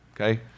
okay